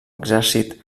exèrcit